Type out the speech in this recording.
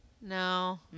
No